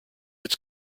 its